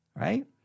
Right